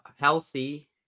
healthy